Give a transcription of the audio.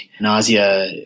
Nausea